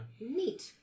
neat